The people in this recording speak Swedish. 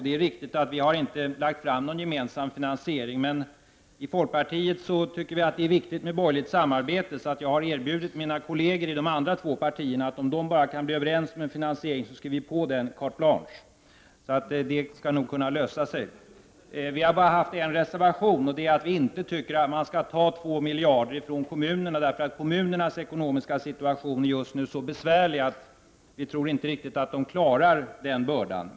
Det är riktigt att vi inte har lagt fram någon gemensam finansiering. Inom folkpartiet tycker vi att det är viktigt med borgerligt samarbete. Jag har därför erbjudit mina kolleger i de andra två partierna carte blanche om de kan komma överens om en finansiering. Det skall nog lösa sig. Vi har bara haft en reservation, nämligen att vi inte tycker att man skall ta två miljarder från kommunerna. Kommunernas ekonomiska situation är just nu så besvärlig att vi inte tror att de klarar av den bördan.